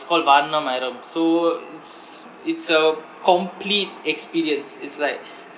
called vaaranam aayiram so it's it's a complete experience is like